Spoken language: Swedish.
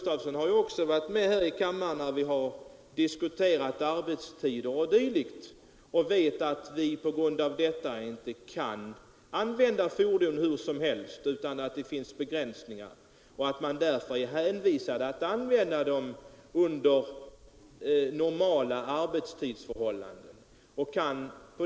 Han har ju också varit med här i kammaren när vi diskuterat arbetstider o. d., och han vet att man på grund av detta inte kan använda fordonen hur som helst, utan att man är hänvisad till att använda dem under normal arbetstid.